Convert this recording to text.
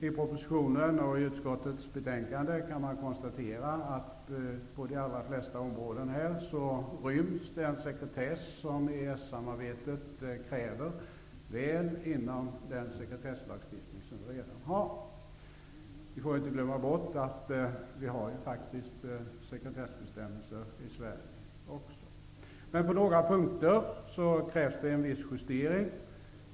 I propositionen och i utskottets betänkande kan man konstatera att på de allra flesta områden ryms den sekretess som EES samarbetet kräver väl inom den sekretesslagstiftning som vi redan har. Vi får inte glömma att vi faktiskt även i Sverige har sekretessbestämmelser. Men på några punkter krävs det vissa justeringar.